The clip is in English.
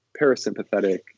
parasympathetic